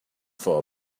for